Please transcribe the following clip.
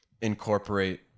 incorporate